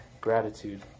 gratitude